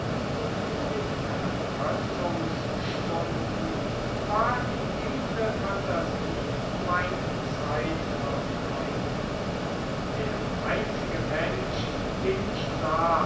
und in den ergötzungsstunden war die edle phantasie mein zeitvertreib der einzige mensch den ich sah